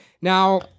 Now